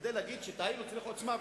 כדי להגיד שטעינו צריך עוצמה,